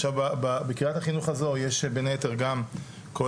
עכשיו, בקריית החינוך הזו יש בין היתר גם כולל